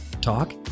talk